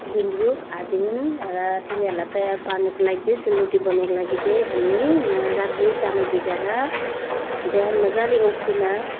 गुन्द्रुक आदि हुन् र तिनीहरूलाई तयार पार्नुको लागि चाहिँ सेलरोटी बनाउनुको लागि चाहिँ हामी रातभरि चामल भिजाएर बिहान मजाले ओखलीमा